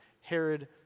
Herod